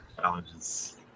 Challenges